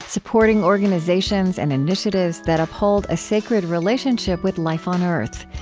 supporting organizations and initiatives that uphold a sacred relationship with life on earth.